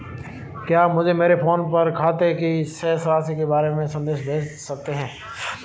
क्या आप मुझे मेरे फ़ोन पर मेरे खाते की शेष राशि के बारे में संदेश भेज सकते हैं?